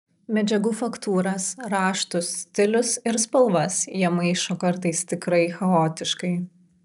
medžiagų faktūras raštus stilius ir spalvas jie maišo kartais tikrai chaotiškai